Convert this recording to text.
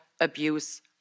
abuse